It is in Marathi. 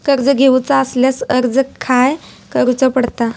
कर्ज घेऊचा असल्यास अर्ज खाय करूचो पडता?